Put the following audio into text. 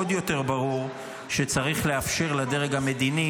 עוד יותר ברור שצריך לאפשר לדרג המדיני